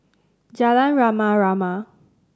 Jalan Rama Rama